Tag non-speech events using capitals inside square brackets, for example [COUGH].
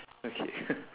okay [NOISE]